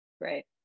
Right